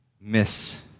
miss